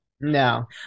No